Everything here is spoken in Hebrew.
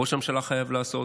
ראש הממשלה חייב לעשות,